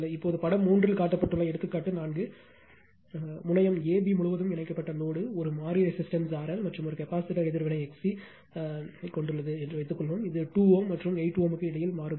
இப்போது படம் 3 இல் காட்டப்பட்டுள்ள எடுத்துக்காட்டு 4 முனையம் A B முழுவதும் இணைக்கப்பட்ட லோடு ஒரு மாறி ரெசிஸ்டன்ஸ் RL மற்றும் ஒரு கெபாசிட்டர் எதிர்வினை XC ஐக் கொண்டுள்ளது என்று வைத்துக்கொள்வோம் இது 2 Ω மற்றும் 8Ω க்கு இடையில் மாறுபடும்